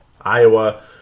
Iowa